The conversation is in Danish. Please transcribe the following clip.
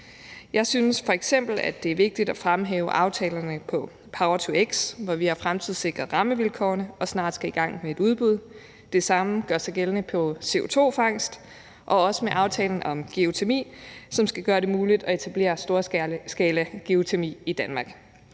Jeg synes f.eks., at det er vigtigt at fremhæve aftalerne om power-to-x, hvor vi har fremtidssikret rammevilkårene og snart skal i gang med et udbud. Det samme gør sig gældende med CO2-fangst og også med aftalen om geotermi, som skal gøre det muligt at etablere storskalageotermi i Danmark.